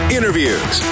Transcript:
Interviews